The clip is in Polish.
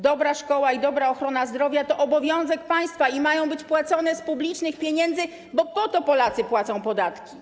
Dobra szkoła i dobra ochrona zdrowia to obowiązek państwa i mają być opłacane z publicznych pieniędzy, bo po to Polacy płacą podatki.